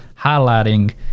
highlighting